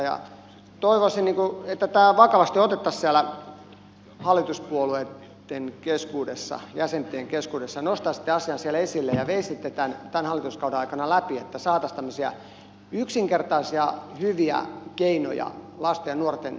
toivoisin että tämä otettaisiin vakavasti siellä hallituspuolueitten jäsenten keskuudessa ja nostaisitte asian siellä esille ja veisitte tämän tämän hallituskauden aikana läpi niin että saataisiin tämmöisiä yksinkertaisia hyviä keinoja lasten ja nuorten avuksi